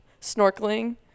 snorkeling